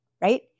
right